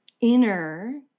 inner